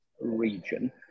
region